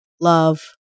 love